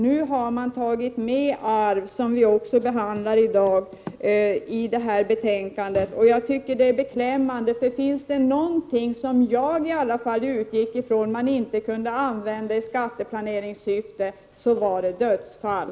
Nu har arv tagits med i detta betänkande, och vi behandlar även arv i dag. Jag tycker att det är beklämmande. För finns det någonting, som i alla fall jag utgick ifrån att man inte kunde använda i skatteplaneringssyfte, är det dödsfall.